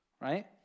Right